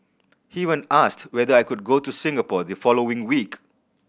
he even asked whether I could go to Singapore the following week